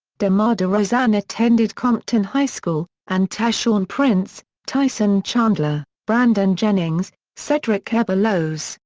demar derozan attended compton high school, and tayshaun prince, tyson chandler, brandon jennings, cedric ceballos,